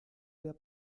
der